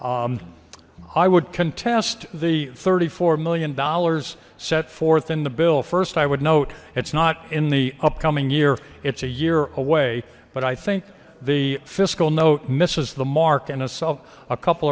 would contest the thirty four million dollars set forth in the bill first i would note it's not in the upcoming year it's a year away but i think the fiscal note misses the mark and itself a couple